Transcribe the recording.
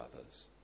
others